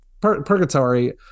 purgatory